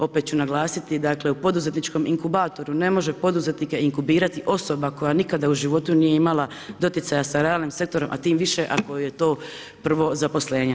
Opet ću naglasiti dakle u poduzetničkom inkubatoru ne može poduzetnika inkubirati osoba koja nikada u životu nije imala doticaja sa realnim sektorom, a tim više ako joj je to prvo zaposlenje.